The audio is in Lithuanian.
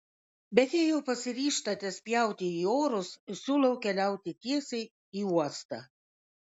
bet jei jau pasiryžtate spjauti į orus siūlau keliauti tiesiai į uostą